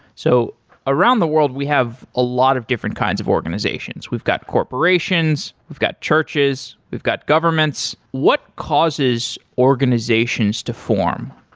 so around the world, we have a lot of different kinds of organizations. we've got corporations, we've got churches, we've got governments. what causes organizations to form?